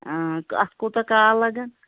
اَتھ کوٗتاہ کال لَگَان